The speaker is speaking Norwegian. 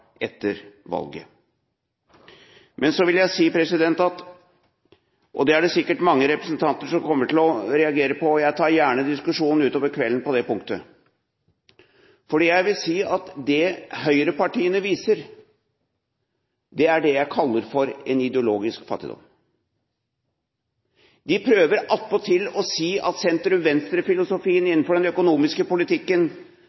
etter valget. Så vil jeg si – og det er det sikkert mange representanter som kommer til å reagere på, og jeg tar gjerne en diskusjon utover kvelden på det punktet: Det høyrepartiene viser, er det jeg kaller en ideologisk fattigdom. De prøver attpåtil å si at